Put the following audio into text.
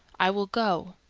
i will go.